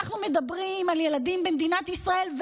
אנחנו מדברים על ילדים במדינת ישראל.